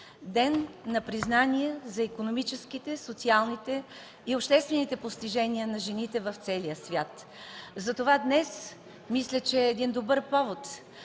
ден на признание за икономическите, социалните и обществените постижения на жените в целия свят. Мисля, че днес е добър повод